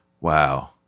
Wow